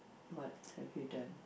what have you done